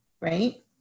right